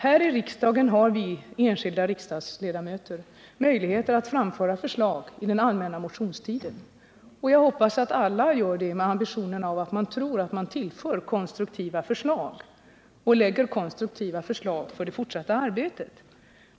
Här i riksdagen har vi enskilda riksdagsledamöter möjligheter att framföra förslag inom den allmänna motionstiden. Jag hoppas att alla gör det med ambitionen att framföra konstruktiva förslag för det fortsatta arbetet.